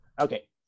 okay